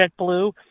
JetBlue